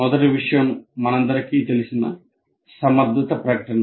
మొదటి విషయం మనందరికీ తెలిసిన సమర్థత ప్రకటన